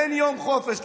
אין יום חופש.